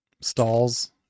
stalls